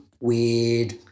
weird